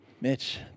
Mitch